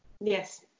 Yes